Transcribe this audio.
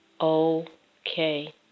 okay